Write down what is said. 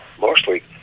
mostly